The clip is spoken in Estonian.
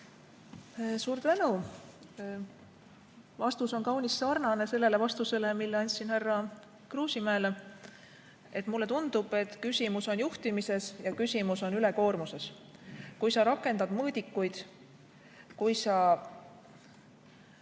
Suur tänu! Vastus on kaunis sarnane sellele vastusele, mille andsin härra Kruusimäele. Mulle tundub, et küsimus on juhtimises ja küsimus on ülekoormuses. Kui sa rakendad mõõdikuid, kui sa